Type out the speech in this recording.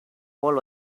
world